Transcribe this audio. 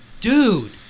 dude